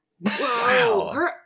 Wow